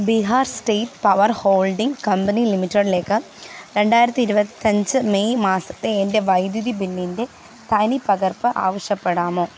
Bihar state power holding company ലിമിറ്റഡിലേക്ക് രണ്ടായിരത്തി ഇരുപത്തി അഞ്ച് മെയ് മാസത്തെ എൻ്റെ വൈദ്യുതി ബില്ലിൻ്റെ തനിപ്പകർപ്പ് ആവശ്യപ്പെടാമോ